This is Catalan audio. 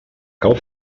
cau